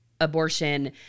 abortion